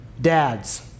Dads